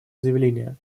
заявления